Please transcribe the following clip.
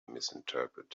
misinterpreted